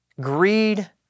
greed